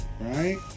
right